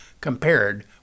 compared